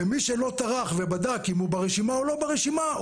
ומי שלא טרח ובדק אם הוא ברשימה או לא ברשימה,